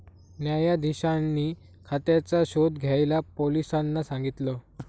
न्यायाधीशांनी खात्याचा शोध घ्यायला पोलिसांना सांगितल